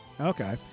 Okay